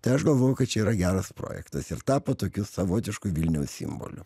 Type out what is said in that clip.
tai aš galvoju kad čia yra geras projektas ir tapo tokiu savotišku vilniaus simboliu